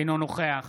אינו נוכח